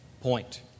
point